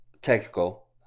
technical